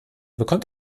bekommt